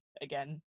again